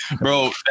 bro